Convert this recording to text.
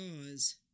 cause